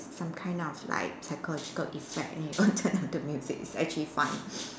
some kind of like psychological effect then you on turn on the music it's actually fun